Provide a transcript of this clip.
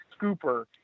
scooper